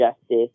justice